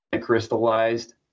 crystallized